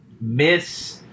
miss